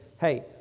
hey